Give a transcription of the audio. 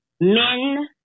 Men